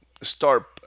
start